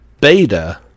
beta